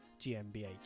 GmbH